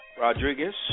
Rodriguez